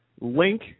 link